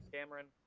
Cameron